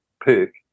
Perk